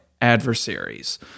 adversaries